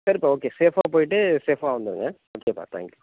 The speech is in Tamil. சரிப்பா ஓகே சேஃபாக போயிட்டு சேஃபாக வந்துருங்க ஓகேப்பா தேங்க் யூ